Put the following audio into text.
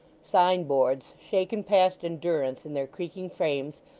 signboards, shaken past endurance in their creaking frames,